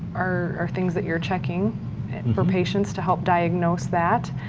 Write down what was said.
are things that you're checking and for patients to help diagnose that,